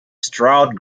stroud